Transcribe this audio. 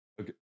okay